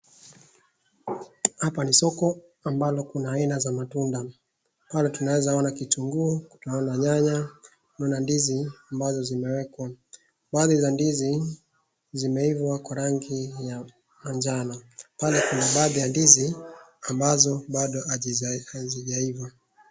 Hapa ni soko ambalo kuna aina za matunda pale tunaeza ona kitunguu, tunaona nyanya, tunaona ndizi ambazo zimewekwa. Baadhi za ndizi zimeiva kwa rangi ya manjano, pale kuna baadhi ya ndizi ambazo bado hazijaiva.